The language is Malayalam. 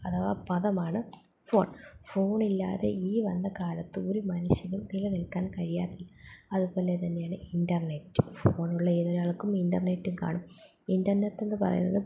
അഥവാ പദമാണ് ഫോൺ ഫോണില്ലാതെ ഈ വന്ന കാലത്ത് ഒരു മനുഷ്യനും നിലനിൽക്കാൻ കഴിയത്തില്ല അതുപോലെ തന്നെയാണ് ഇൻറർനെറ്റ് ഫോണുള്ള ഏതൊരാൾക്കും ഇൻറർനെറ്റും കാണും ഇൻറർനെറ്റ് എന്ന് പറയുന്നത്